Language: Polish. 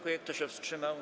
Kto się wstrzymał?